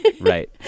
Right